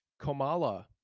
Komala